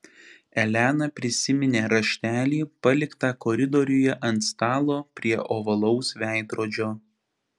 elena prisiminė raštelį paliktą koridoriuje ant stalo prie ovalaus veidrodžio